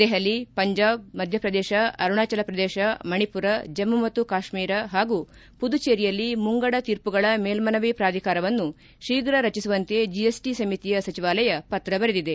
ದೆಹಲಿ ಪಂಜಾಬ್ ಮಧ್ಯಪ್ರದೇಶ ಅರುಣಾಚಲ ಪ್ರದೇಶ ಮಣಿಪುರ ಜಮ್ನು ಮತ್ತು ಕಾಶ್ಮೀರ ಹಾಗೂ ಪುದುಚೇರಿಯಲ್ಲಿ ಮುಂಗಡ ತೀರ್ಮಗಳ ಮೇಲ್ದನವಿ ಪ್ರಾಧಿಕಾರವನ್ನು ಶೀಘ ರಚಿಸುವಂತೆ ಜಿಎಸ್ಟಿ ಸಮಿತಿಯ ಸಚಿವಾಲಯ ಪತ್ರ ಬರೆದಿದೆ